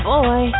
Boy